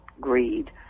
greed